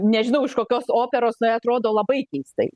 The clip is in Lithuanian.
nežinau iš kokios operos na atrodo labai keistai